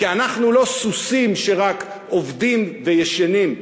כי אנחנו לא סוסים שרק עובדים וישנים.